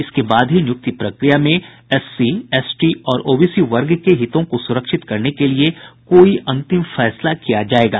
इसके बाद ही नियुक्ति प्रक्रिया में एससी एसटी और ओबीसी वर्ग के हितों को सुरक्षित करने के लिए कोई अंतिम फैसला किया जायेगा